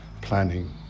planning